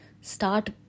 Start